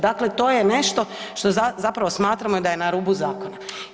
Dakle, to je nešto što zapravo smatramo da je na rubu zakona.